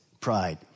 pride